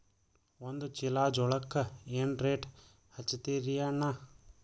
ಒಂದ ಚೀಲಾ ಜೋಳಕ್ಕ ಏನ ರೇಟ್ ಹಚ್ಚತೀರಿ ಅಣ್ಣಾ?